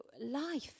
life